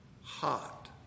hot